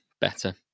better